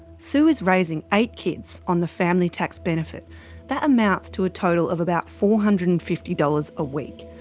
sue is raising eight kids on the family tax benefit that amounts to a total of about four hundred and fifty dollars a week.